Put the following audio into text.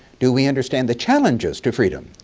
do we understand the challenges to freedom?